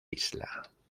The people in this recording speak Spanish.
isla